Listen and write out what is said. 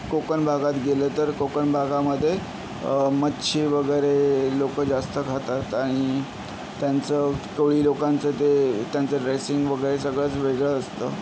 कोकण भागात गेलं तर कोकण भागामध्ये मच्छी वगैरे लोक जास्त खातात आणि त्यांचं कोळी लोकांचं ते त्यांचं ड्रेसिंग वगैरे सगळंच वेगळं असतं